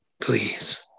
Please